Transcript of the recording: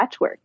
patchworks